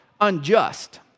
unjust